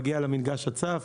מגיע למגרש הצף,